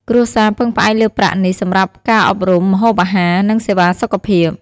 គ្រួសារពឹងផ្អែកលើប្រាក់នេះសម្រាប់ការអប់រំ ម្ហូបអាហារ និងសេវាសុខភាព។